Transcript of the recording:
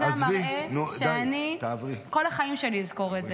זה מראה שכל החיים שלי אני אזכור.